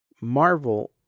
Marvel